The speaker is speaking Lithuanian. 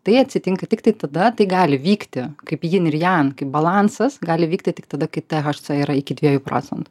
tai atsitinka tiktai tada tai gali vykti kaip jin ir jan kaip balansas gali vykti tik tada kai thc yra iki dviejų procentų